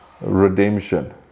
redemption